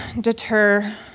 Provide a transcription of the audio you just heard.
deter